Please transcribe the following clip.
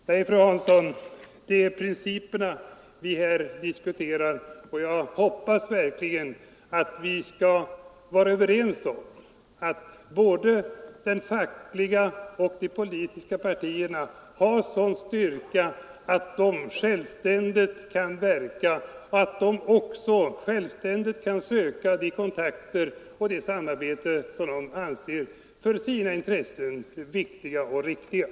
Det är, fru Hansson, principerna vi diskuterar, och jag hoppas verkligen att vi kan vara överens om att både de fackliga föreningarna och de politiska partierna har sådan styrka att de kan verka självständigt och att de också självständigt kan söka de kontakter och det samarbete som de anser riktiga och viktiga för sina intressen.